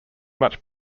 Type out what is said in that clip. much